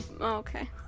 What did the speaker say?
Okay